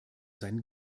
seinen